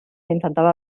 intentava